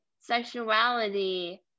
sexuality